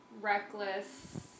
reckless